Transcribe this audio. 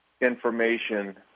information